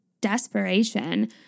desperation